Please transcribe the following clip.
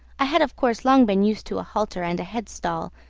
i had of course long been used to a halter and a headstall,